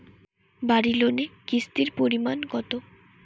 বাড়ি লোনে কিস্তির পরিমাণ কত?